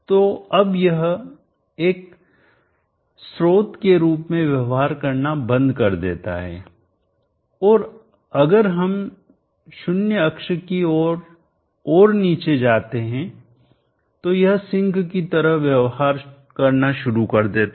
तो अब यह एक स्रोत के रूप में व्यवहार करना बंद कर देता है और अगर हम 0 अक्ष की ओर और नीचे जाते हैं तो यह सिंक की तरह व्यवहार करना शुरू कर देता है